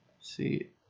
See